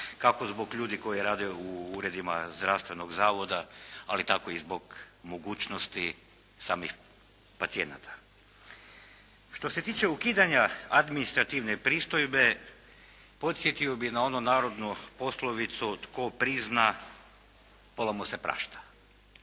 kako zbog ljudi koji rade u uredima zdravstvenog zavoda ali tako i zbog mogućnosti samih pacijenata. Što se tiče ukidanja administrativne pristojbe podsjetio bi na onu narodnu poslovicu tko prizna, pola mu se prašta.